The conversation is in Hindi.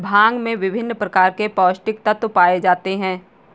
भांग में विभिन्न प्रकार के पौस्टिक तत्त्व पाए जाते हैं